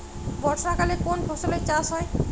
বর্ষাকালে কোন ফসলের চাষ হয়?